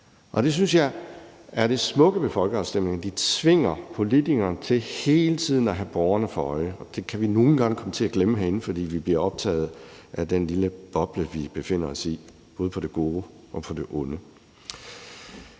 Det synes jeg er det smukke ved folkeafstemninger. De tvinger politikerne til hele tiden at have borgerne for øje. Det kan vi nogle gange komme til at glemme herinde, fordi vi bliver optaget af den lille boble, vi befinder os i, både på det gode og på det onde.